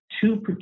two